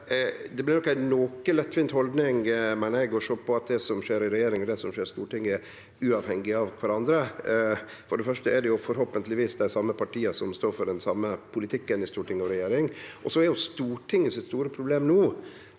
Det blir nok ei noko lettvint haldning, meiner eg, å seie at det som skjer i regjering, og det som skjer i Stortinget, er uavhengig av kvarandre. For det første er det forhåpentlegvis dei same partia som står for den same politikken i storting og regjering. Stortinget sitt store problem no